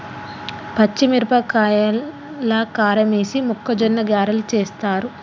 పచ్చిమిరపకాయల కారమేసి మొక్కజొన్న గ్యారలు చేస్తారు